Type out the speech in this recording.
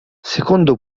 secondo